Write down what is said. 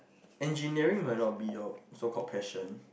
engineering might not be your so called passion